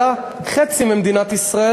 אלא חצי ממדינת ישראל,